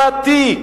משימתי,